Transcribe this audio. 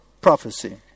prophecy